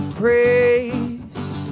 praise